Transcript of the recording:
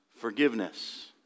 forgiveness